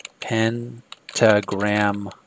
Pentagram